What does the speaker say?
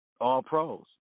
All-Pros